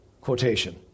quotation